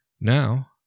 Now